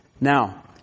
Now